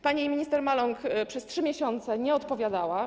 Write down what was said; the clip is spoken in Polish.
Pani minister Maląg przez 3 miesiące nie odpowiadała.